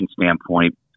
standpoint